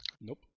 Nope